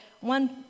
one